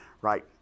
right